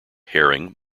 herring